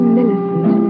Millicent